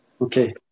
Okay